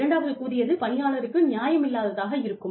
இரண்டாவதாக கூறியது பணியாளருக்கு நியாயமில்லாததாக இருக்கும்